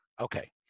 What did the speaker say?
Okay